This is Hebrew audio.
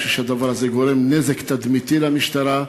אני חושב שהדבר הזה גורם נזק תדמיתי למשטרה,